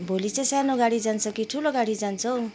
भोलि चाहिँ सानो गाडी जान्छ कि ठुलो गाडी जान्छ हौ